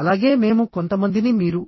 అలాగే మేము కొంతమందిని మీరు